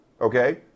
okay